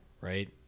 right